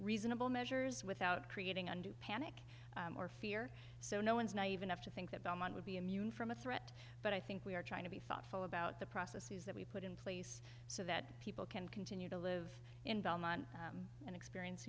reasonable measures without creating undue panic or fear so no one is naive enough to think that belmont would be immune from a threat but i think we are trying to be thoughtful about the processes that we put in place so that people can continue to live in belmont and experienc